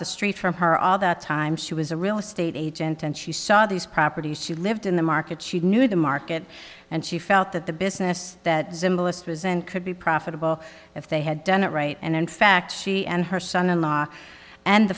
the street from her all the time she was a real estate agent and she saw these properties she lived in the market she knew the market and she felt that the business that zimbalist was and could be profitable if they had done it right and in fact she and her son in law and